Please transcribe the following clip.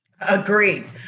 Agreed